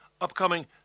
upcoming